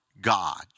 God